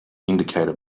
indicator